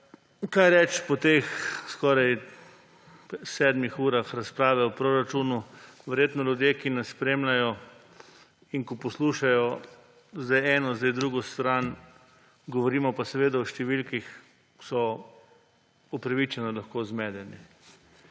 Kaj reči po skoraj sedmih urah razprave o proračunu? Verjetno so ljudje, ki nas spremljajo in poslušajo, zdaj eno, zdaj drugo stran, govorimo pa seveda o številkah, upravičeno zmedeni.